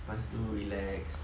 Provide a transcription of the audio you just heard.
lepas tu relax